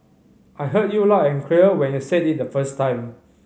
I heard you loud and clear when you said it the first time